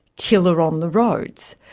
killer on the roads.